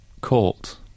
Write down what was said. court